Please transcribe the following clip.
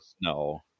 No